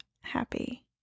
happy